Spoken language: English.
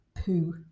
poo